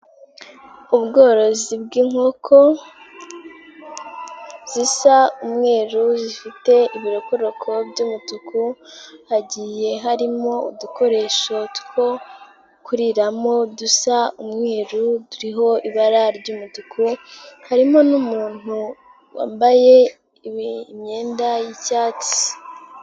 Ubworozi bw'inkoko, zisa umweru, zifite ibirokoroko by'umutuku, hagiye harimo udukoresho two kuriramo, dusa umweru, turiho ibara ry'umutuku, harimo n'umuntu wambaye imyenda y'icyatsi.